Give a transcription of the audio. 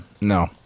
No